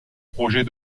projets